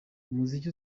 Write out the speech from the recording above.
umuziki